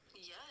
yes